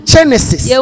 Genesis